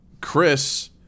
Chris